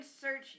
search